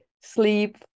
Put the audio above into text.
sleep